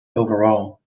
overall